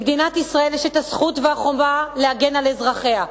למדינת ישראל יש הזכות והחובה להגן על אזרחיה.